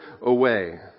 away